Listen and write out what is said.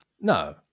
No